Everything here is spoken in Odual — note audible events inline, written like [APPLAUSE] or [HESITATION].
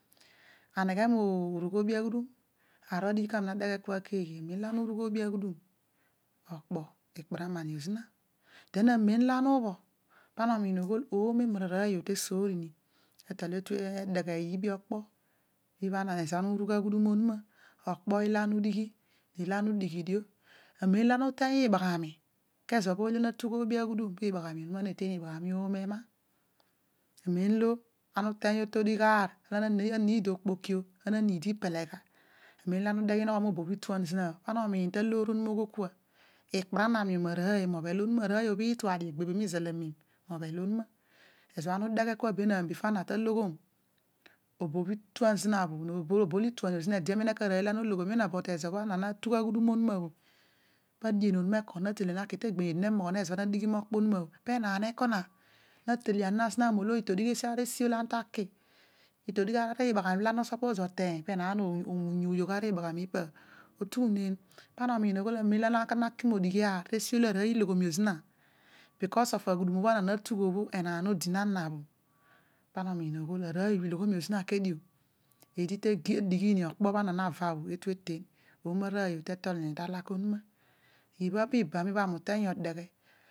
Aneghe morugh oobi aghudum amem ana urugh oobi aghudun okpo ikpuranan io zina aar ohho ami na deghe kua eghe. amen ana ubhọ omo emara arooy obho te esoori ni etụ etol edeghee iibi okpo ibho. ezo ana urugh aghuadum onuma. Okpo olo ana udighi ne ilo ana odighi dio amen, bho ana uteery ibaghami kezo bho ooy olo na tugh iibi aghudum pii bagheni obho to oñuma na naten ibagha [HESITATION] imi oko eraa amen olo ana uteny otodigh oho lana na nie okpoki, na nia ipele gha amen olo ana hotaghe unogho hobo bho ituan zina peedi obhel, pa dien onuma ekona naaai te egbeey enaan eko na natelian na zina olo otodigh esi olo ana ta ki ilodighi ibagha ni peenaan onyu, bkos of aghudum obho ana taghobho enaan odi naana bho arooy bho iloghonio zina kedio eedi te dighini okpo ana na va etu eten omo aroy bho tetolini talaka onuma ibaha pu ibam ibha ami uteeny odeghe.